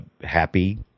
happy